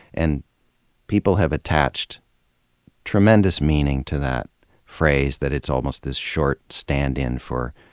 and people have attached tremendous meaning to that phrase, that it's almost this short stand-in for